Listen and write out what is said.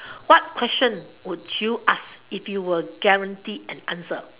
what question would you ask if you were guarantee a answer